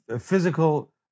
physical